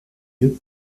mieux